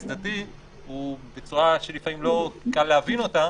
דתי הוא בצורה שלפעמים לא קל להבין אותה.